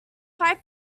five